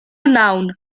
noun